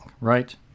right